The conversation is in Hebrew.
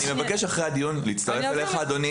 אני מבקש אחרי הדיון להצטרף אליך אדוני